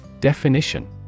Definition